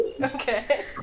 Okay